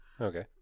Okay